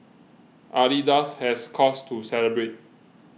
adidas has cause to celebrate